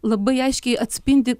labai aiškiai atspindi